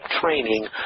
training